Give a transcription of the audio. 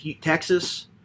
Texas